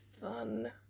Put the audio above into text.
fun